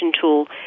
tool